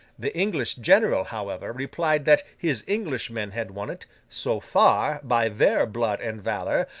the english general, however, replied that his english men had won it, so far, by their blood and valour,